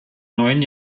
neun